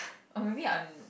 or maybe I'm